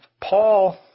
Paul